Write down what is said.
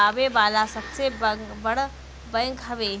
आवे वाला सबसे बड़ बैंक हवे